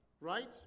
Right